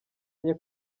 nke